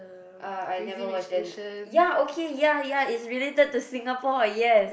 uh I never watch then ya okay ya ya is related to Singapore yes